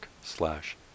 slash